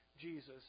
Jesus